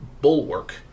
bulwark